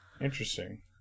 Interesting